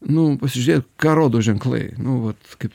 nu pasižiūrėk ką rodo ženklai nu vat kaip